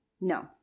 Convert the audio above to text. No